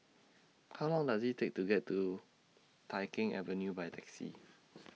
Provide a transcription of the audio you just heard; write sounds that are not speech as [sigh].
How Long Does IT Take to get to Tai Keng Avenue By Taxi [noise]